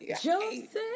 Joseph